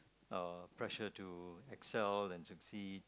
uh pressure to excel and succeed